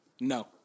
No